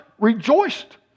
rejoiced